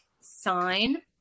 sign